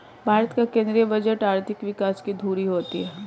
भारत का केंद्रीय बजट आर्थिक विकास की धूरी होती है